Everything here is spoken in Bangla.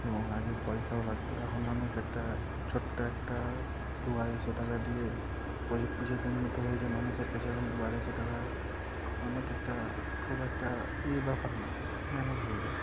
এবং আগে পয়সাও লাগত এখন মানুষ একটা ছোট্ট একটা দু আড়াইশো টাকা দিয়ে প্রযুক্তি যেহেতু উন্নত হয়েছে মানুষের কাছে এখন দু আড়াইশো টাকা অনেক একটা খুব একটা এ ব্যাপার না ম্যানেজ হয়ে যায়